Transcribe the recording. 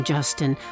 Justin